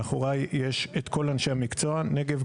מאחוריי יש כל אנשי המקצוע נגב,